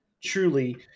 Truly